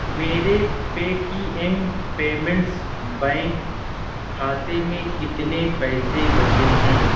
میرے Paytm payments bank کھاتے میں کتنے پیسے بچے ہیں